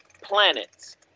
planets